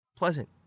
pleasant